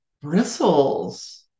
bristles